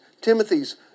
Timothy's